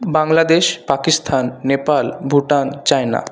Bangladesh Pakistan Nepal Bhutan China